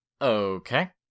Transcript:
Okay